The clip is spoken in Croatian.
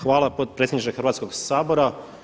Hvala potpredsjedniče Hrvatskoga sabora.